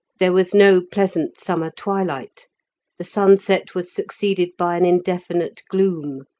there was no pleasant summer twilight the sunset was succeeded by an indefinite gloom,